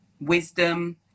wisdom